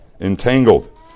entangled